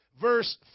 Verse